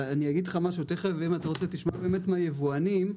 אתה רוצה, תשמע מהיבואנים,